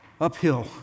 uphill